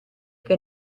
che